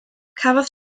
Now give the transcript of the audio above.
cafodd